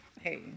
Hey